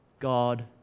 God